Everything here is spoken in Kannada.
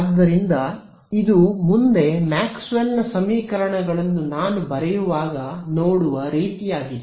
ಆದ್ದರಿಂದ ಇದು ಮುಂದೆ ಮ್ಯಾಕ್ಸ್ವೆಲ್ನ ಸಮೀಕರಣಗಳನ್ನು ನಾನು ಬರೆಯುವಾಗ ನೋಡುವ ರೀತಿಯಾಗಿದೆ